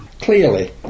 Clearly